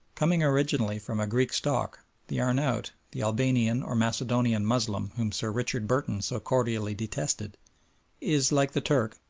coming originally from a greek stock the arnaout the albanian or macedonian moslem whom sir richard burton so cordially detested is, like the turk,